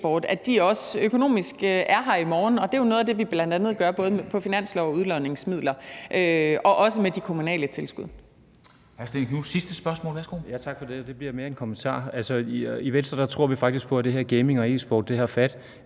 i morgen økonomisk set. Og det er jo noget af det, vi bl.a. gør både på finansloven og med udlodningsmidlerne og også med de kommunale tilskud.